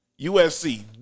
USC